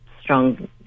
strong